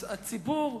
הציבור,